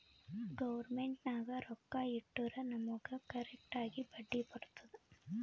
government ನಾಗ್ ರೊಕ್ಕಾ ಇಟ್ಟುರ್ ನಮುಗ್ ಕರೆಕ್ಟ್ ಆಗಿ ಬಡ್ಡಿ ಬರ್ತುದ್